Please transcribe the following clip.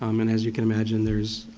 um and as you can imagine there's